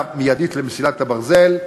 למסילת ברזל,